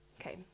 okay